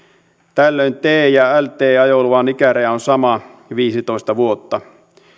tällöin t ja lt ajoluvan ikäraja on sama viisitoista vuotta